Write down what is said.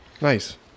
Nice